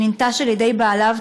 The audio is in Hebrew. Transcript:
שננטש על-ידי בעליו